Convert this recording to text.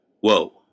whoa